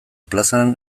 plazan